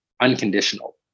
unconditional